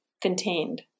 contained